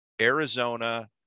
Arizona